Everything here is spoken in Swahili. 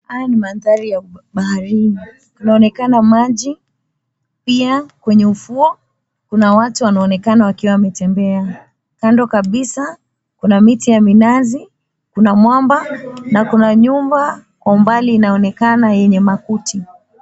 Haya ni mandhari ya baharini. lnaonekana maji, pia kwenye ufuo kuna watu wanaonekana wakiwa wametembea. Kando kabisa, kuna miti ya minazi, kuna mwamba na kuna nyumba kwa mbali inaonekana yenye makuti.